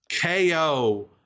KO